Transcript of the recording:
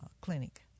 clinic